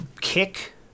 kick